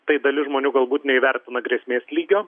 tai dalis žmonių galbūt neįvertina grėsmės lygio